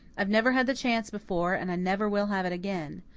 i've never had the chance before and i never will have it again.